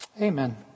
Amen